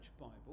Bible